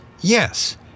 Yes